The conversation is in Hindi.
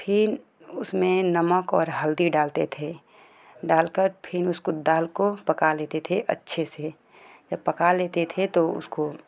फिर उसमें नमक और हल्दी डालते थे डाल कर फिर उसको दाल को पका लेते थे अच्छे से पका लेते थे तो उसको